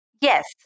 Yes